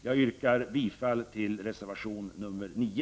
Jag yrkar bifall till reservation nr 9.